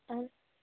اَ